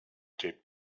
taped